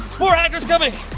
more hackers coming.